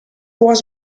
was